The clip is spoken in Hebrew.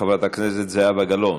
חברת הכנסת זהבה גלאון,